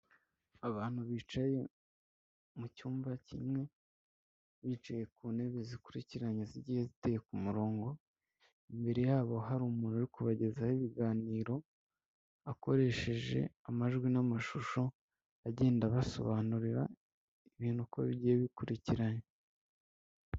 Abantu bicaye mu cyumba kimwe bicaye ku ntebe zikurikiranye zigiye ziteye ku murongo, imbere yabo hari umuntu uri kubagezaho ibiganiro akoresheje amajwi n'amashusho, agenda abasobanurira ibintu uko bigiye bikurikiranya.